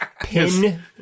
pin